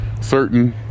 certain